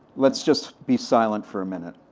let's just be silent for a minute.